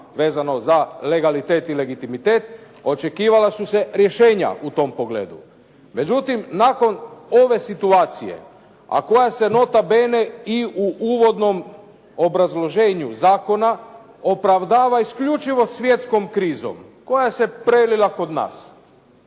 vezano za legalitet i legitimitet, očekivala su se rješenja u tom pogledu. Međutim nakon ove situacije, a koja se nota bene i u uvodnom obrazloženju zakona opravdava isključivo svjetskom krizom koja se prelila kod nas,